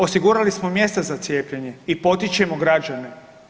Osigurali smo mjesta za cijepljenje i potičemo građane.